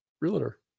realtor